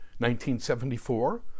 1974